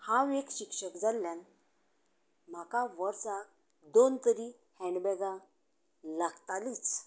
हांव एक शिक्षक जाल्ल्यान म्हाका वर्साक दोन तरी हेन्ड बेगां लागतालीच